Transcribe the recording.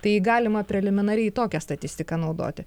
tai galima preliminariai tokią statistiką naudoti